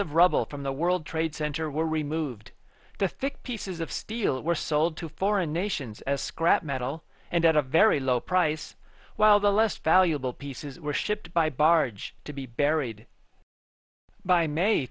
of rubble from the world trade center were removed the thick pieces of steel were sold to foreign nations as scrap metal and at a very low price while the less valuable pieces were shipped by barge to be buried by may